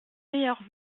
meilleurs